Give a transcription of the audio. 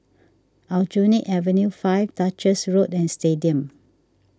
Aljunied Avenue five Duchess Road and Stadium